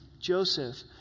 Joseph